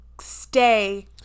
stay